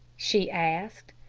she asked.